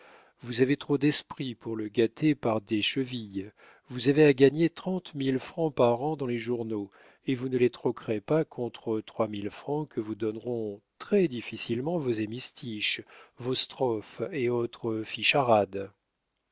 vous avez trop d'esprit pour le gâter par des chevilles vous avez à gagner trente mille francs par an dans les journaux et vous ne les troquerez pas contre trois mille francs que vous donneront très-difficilement vos hémistiches vos strophes et autres ficharades